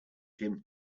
him